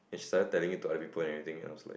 sudden telling to other people anything else